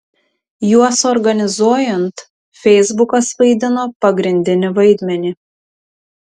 juos organizuojant feisbukas vaidino pagrindinį vaidmenį